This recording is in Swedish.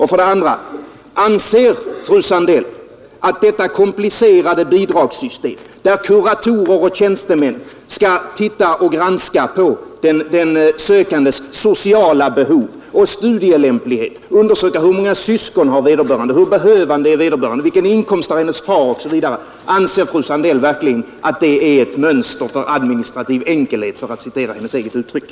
För det andra vill jag fråga fröken Sandell: Detta komplicerade bidragssystem där kuratorer och tjänstemän skall granska den sökandes sociala behov och studielämplighet, undersöka hur många syskon vederbörande har, vilken inkomst hennes far har osv., anser fröken Sandell verkligen att det är ett mönster för administrativ enkelhet, för att citera hennes eget uttryck?